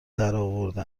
درآورده